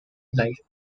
life